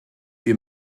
wir